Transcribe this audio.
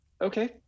Okay